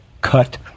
cut